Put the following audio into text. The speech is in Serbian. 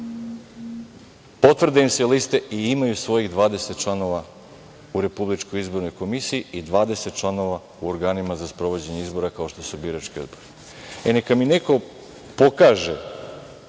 potvrde im se liste i imaju svojih 20 članova u Republičkoj izbornoj komisiji i 20 članova u organima za sprovođenje izbora kao što su birački odbori, neka mi neko pokaže